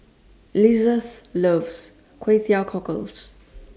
Lizeth loves Kway Teow Cockles